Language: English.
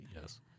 yes